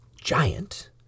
giant